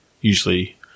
usually